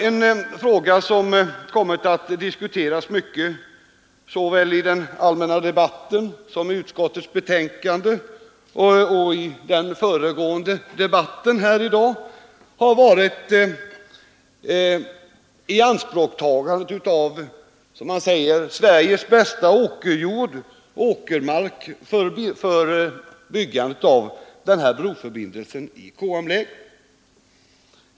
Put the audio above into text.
En fråga som kommit att ägnas stor uppmärksamhet såväl i den allmänna debatten som i utskottets betänkande och i den hittills förda diskussionen här i dag har varit ianspråktagandet av, som man säger, Sveriges bästa åkermark för byggandet av den här broförbindelsen i KM-läget.